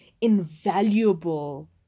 invaluable